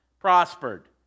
prospered